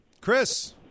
Chris